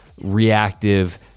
reactive